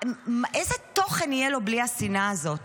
איזה תוכן יהיה לו בלי השנאה הזאת?